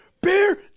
beer